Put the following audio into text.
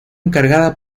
encargada